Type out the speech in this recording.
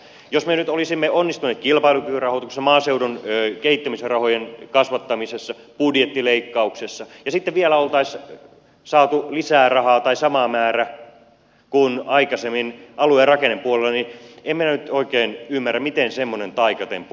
jos me nyt olisimme onnistuneet kilpailukykyrahoituksessa maaseudun kehittämisrahojen kasvattamisessa budjettileikkauksessa ja sitten vielä oltaisiin saatu lisää rahaa tai sama määrä kuin aikaisemmin alue ja rakennepuolella niin en minä nyt oikein ymmärrä miten semmoinen taikatemppu oltaisiin voitu tehdä